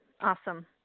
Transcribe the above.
Awesome